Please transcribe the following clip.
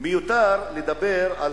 לא מיותר לדבר על